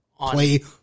play